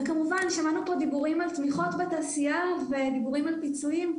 שמענו פה דיבורים על תמיכות בתעשייה ודיבורים על פיצויים,